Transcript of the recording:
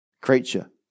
creature